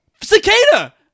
Cicada